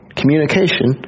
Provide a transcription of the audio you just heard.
communication